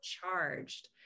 charged